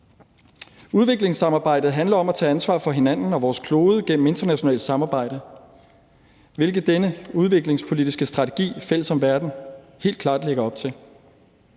Udviklingssamarbejdet handler om at tage ansvar for hinanden og vores klode gennem internationalt samarbejde, hvilket den udviklingspolitiske strategi »Fælles om verden« helt klart lægger op til.